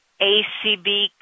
acb